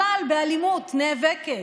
נאבקת